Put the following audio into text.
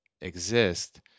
exist